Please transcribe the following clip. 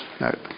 No